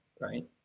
right